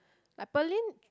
like Pearlyn